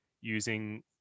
using